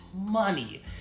money